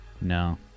No